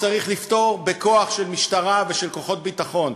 צריך לפתור בכוח של משטרה ושל כוחות ביטחון,